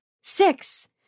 Six